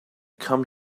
come